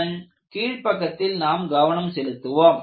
அதன் கீழ்ப் பக்கத்தில் நாம் கவனம் செலுத்துவோம்